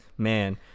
Man